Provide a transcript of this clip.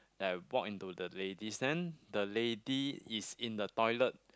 I walk into ladies then the lady is in the toilet